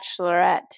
bachelorette